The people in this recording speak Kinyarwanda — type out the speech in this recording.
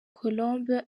colombe